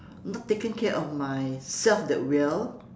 not taken care of myself that well